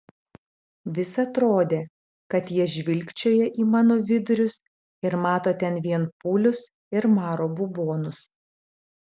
vis atrodė kad jie žvilgčioja į mano vidurius ir mato ten vien pūlius ir maro bubonus